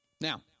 Now